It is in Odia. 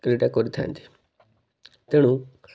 କ୍ରୀଡ଼ା କରିଥାନ୍ତି ତେଣୁ